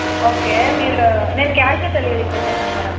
okay మీరు నేను cash on delivery ఇచ్చేస్తాను మేడం